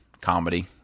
comedy